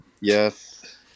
Yes